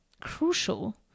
crucial